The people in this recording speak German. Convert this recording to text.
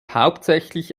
hauptsächlich